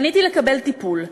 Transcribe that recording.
פניתי לקבל טיפול,